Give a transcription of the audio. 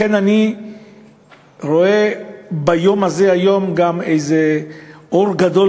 לכן, אני רואה ביום הזה היום גם איזה אור גדול